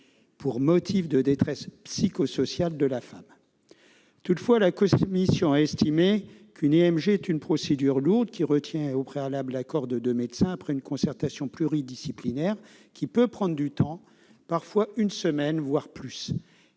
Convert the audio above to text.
pour motif de détresse psychosociale de la femme. Toutefois, la commission a estimé qu'une IMG est une procédure lourde, qui requiert au préalable l'accord de deux médecins, après une concertation pluridisciplinaire. Elle peut prendre du temps, parfois une semaine, voire plus.